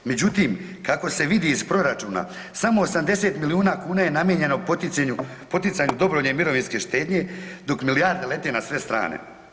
Međutim, kako se vidi iz proračuna, samo 80 milijuna kuna je namijenjeno poticanju dobrovoljne mirovinske štednje dok milijarde lete na sve strane.